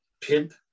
pimp